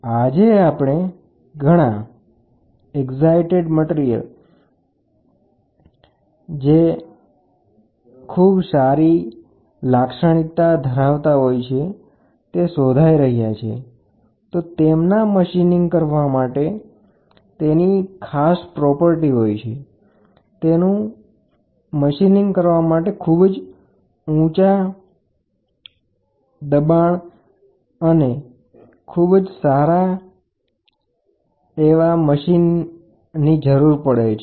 દાખલા તરીકેઆજે આપણે ઘણા વિદેશીઅજાણ્યા સામગ્રી વિકસાવવાનો પ્રયત્ન કરી રહ્યા છીએ આવા અજાણ્યા પદાર્થોનું મશીનીંગ કરવુ એ કઠિન કાર્ય છે